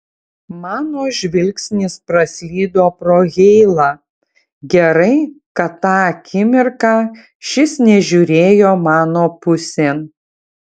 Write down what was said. mano žvilgsnis praslydo pro heilą gerai kad tą akimirką šis nežiūrėjo mano pusėn